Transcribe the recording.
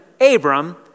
abram